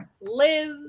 Liz